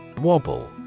Wobble